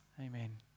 Amen